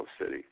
City